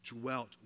Dwelt